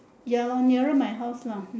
ya lor nearer my house lah